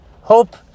Hope